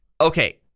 Okay